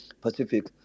Pacific